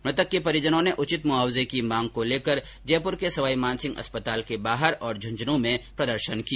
मृतक के परिजनों ने उचित मुआवजे की मांग को लेकर जैयपुर के सवाई मानसिंह अस्पताल के बाहर और झुंझुनूं में प्रदर्शन किया